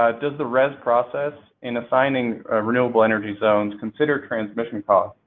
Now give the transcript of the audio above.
ah does the rez process in assigning renewable energy zones consider transmission costs